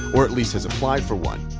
or at least has applied for one.